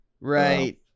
right